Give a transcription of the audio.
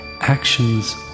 actions